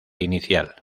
inicial